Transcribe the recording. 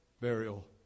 burial